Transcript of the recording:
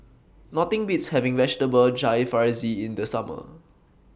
Nothing Beats having Vegetable Jalfrezi in The Summer